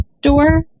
door